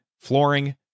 flooring